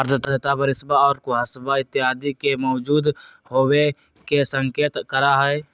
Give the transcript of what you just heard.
आर्द्रता बरिशवा और कुहसवा इत्यादि के मौजूद होवे के संकेत करा हई